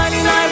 99